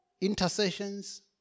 intercessions